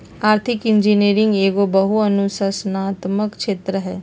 आर्थिक इंजीनियरिंग एहो बहु अनुशासनात्मक क्षेत्र हइ